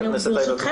חברת הכנסת סלימאן.